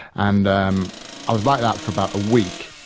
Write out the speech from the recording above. and um i was like that for about a week.